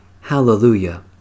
Hallelujah